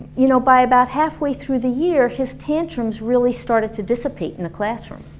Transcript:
you know, by about half way through the year, his tantrums really started to dissipate in the classroom.